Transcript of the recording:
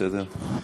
סליחה,